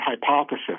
hypothesis